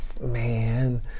man